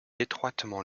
étroitement